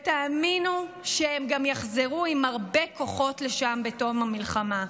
ותאמינו שהם גם יחזרו עם הרבה כוחות לשם בתום המלחמה.